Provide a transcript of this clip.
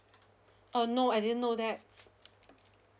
uh no I didn't know that